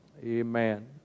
Amen